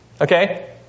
Okay